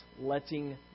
letting